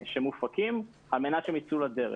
שמופקים על מנת שהם יצאו לדרך.